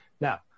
Now